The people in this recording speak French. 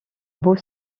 beau